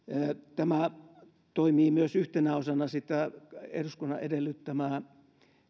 tämä toimii myös yhtenä osana sitä eduskunnan edellyttämää